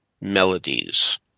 melodies